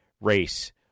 race